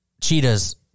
cheetahs